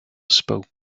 spoke